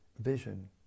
vision